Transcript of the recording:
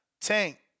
Tank